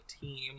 team